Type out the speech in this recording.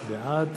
בעד